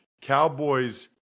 Cowboys